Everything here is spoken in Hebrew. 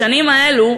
בשנים האלה,